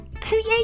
create